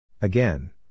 Again